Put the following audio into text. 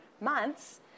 months